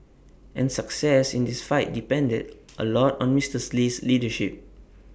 and success in this fight depended A lot on Misters Lee's leadership